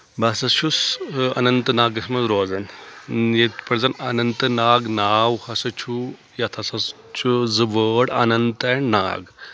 بہٕ ہسا چھُس اننت ناگس منٛز روزان یتھۍ پٲٹھۍ زن اننت ناگ ناو ہسا چھُ یتھ ہسا چھُ زٕ وٲڈ اننت اینڈ ناگ